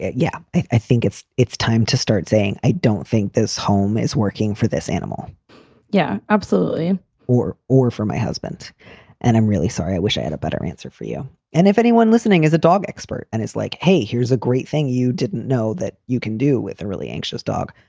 yeah, i think it's it's time to start saying i don't think this home is working for this animal yeah, absolutely or or for my husband and i'm really sorry. i wish i had a but better answer for you. and if anyone listening is a dog expert and it's like, hey, here's a great thing. you didn't know that you can do with a really anxious dog.